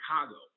Chicago